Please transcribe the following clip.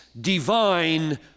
divine